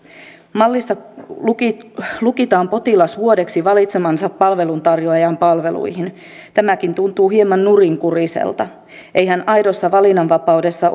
mallissa lukitaan lukitaan potilas vuodeksi valitsemansa palveluntarjoajan palveluihin tämäkin tuntuu hieman nurinkuriselta eihän aidossa valinnanvapaudessa